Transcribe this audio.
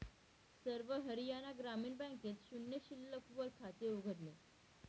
सर्व हरियाणा ग्रामीण बँकेत शून्य शिल्लक वर खाते उघडले